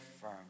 firm